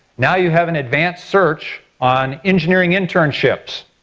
now you have an advanced search on engineering internships